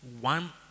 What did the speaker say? one